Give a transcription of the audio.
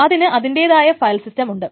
അതിന് അതിൻറെതായ ഫയൽസിസ്റ്റം ഉണ്ട്